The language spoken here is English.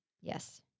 Yes